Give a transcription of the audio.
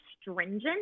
stringent